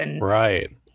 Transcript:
Right